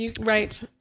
Right